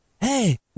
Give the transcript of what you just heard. hey